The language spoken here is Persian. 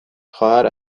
خواهر